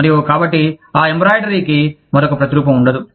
మరియు కాబట్టి ఆ ఎంబ్రాయిడరీకి మరొక ప్రతిరూపం వుండదు